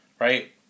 right